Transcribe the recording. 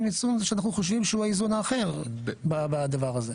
איזון שאנחנו חושבים שהוא האיזון האחר בדבר הזה.